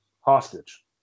hostage